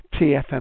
TFM